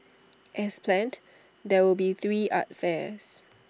as planned there will be three art fairs